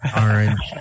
orange